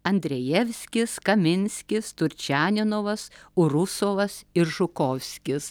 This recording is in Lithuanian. andrejevskis kaminskis turčeninovas rusovas ir žukovskis